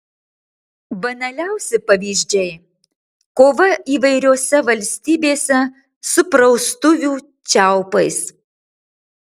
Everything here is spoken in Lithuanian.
banaliausi pavyzdžiai kova įvairiose valstybėse su praustuvių čiaupais